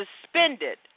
suspended